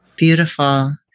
beautiful